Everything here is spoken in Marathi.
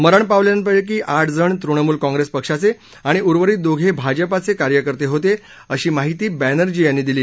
मरण पावलेल्यांपैकी ठ जण तृणमूल काँग्रेस पक्षाचे णि उर्वरित दोघे भाजपाचे कार्यकर्ते होते अशी माहिती बॅनर्जी यांनी दिली